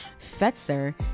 Fetzer